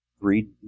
read